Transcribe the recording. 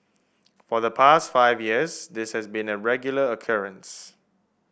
for the past five years this has been a regular occurrence